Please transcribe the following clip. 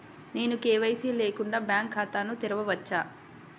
నేను కే.వై.సి లేకుండా బ్యాంక్ ఖాతాను తెరవవచ్చా?